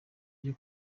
byo